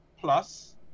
plus